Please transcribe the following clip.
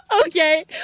Okay